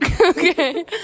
Okay